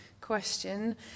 question